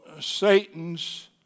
Satan's